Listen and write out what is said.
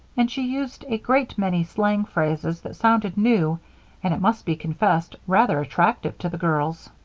and she used a great many slang phrases that sounded new and, it must be confessed, rather attractive to the girls.